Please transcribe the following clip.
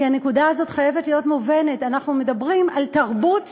כי הנקודה הזו חייבת להיות מובנת: אנחנו מדברים על תרבות שלמה,